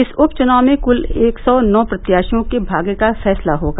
इस उपचुनाव में कुल एक सौ नौ प्रत्याशियों के भाग्य का फैसला होगा